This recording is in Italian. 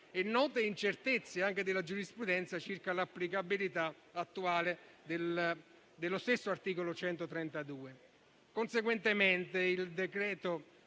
e note incertezze della giurisprudenza circa l'applicabilità attuale dello stesso articolo 132. Conseguentemente, il decreto-legge